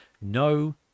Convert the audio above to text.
no